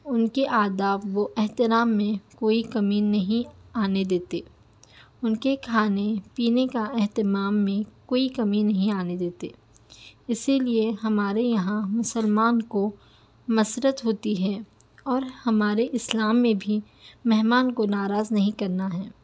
ان کے آداب و احترام میں کوئی کمی نہیں آنے دیتے ان کے کھانے پینے کا اہتمام میں کوئی کمی نہیں آنے دیتے اسی لئے ہمارے یہاں مسلمان کو مسرت ہوتی ہے اور ہمارے اسلام میں بھی مہمان کو ناراض نہیں کرنا ہے